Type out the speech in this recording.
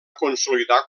consolidar